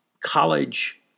college